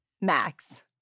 Max